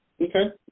Okay